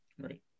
Right